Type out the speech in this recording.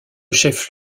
chef